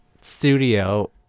studio